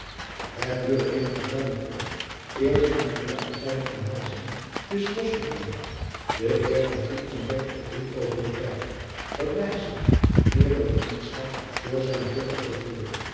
et duurde eene geruime poos eer zich uit zijne omhelzingen wist los te wikkelen e eer ontdekte op dit oogenblik duidelijk dat meer dan vriendschap voor zijne dochter gevoelde